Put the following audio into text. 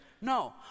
no